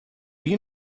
you